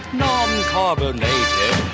non-carbonated